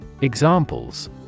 Examples